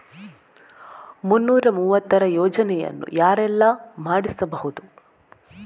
ಮುನ್ನೂರ ಮೂವತ್ತರ ಯೋಜನೆಯನ್ನು ಯಾರೆಲ್ಲ ಮಾಡಿಸಬಹುದು?